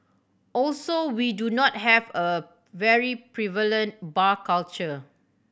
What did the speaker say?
also we do not have a very prevalent bar culture